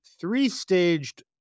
three-staged